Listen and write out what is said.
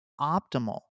optimal